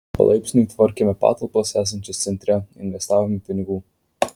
palaipsniui tvarkėme patalpas esančias centre investavome pinigų